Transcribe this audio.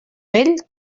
vell